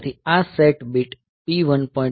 તેથી આ set bit P1